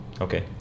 Okay